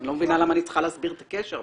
אני לא מבינה למה אני צריכה להסביר את הקשר,